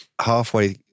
halfway